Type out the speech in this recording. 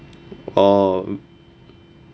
orh